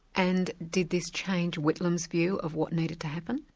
and did this change whitlam's view of what needed to happen?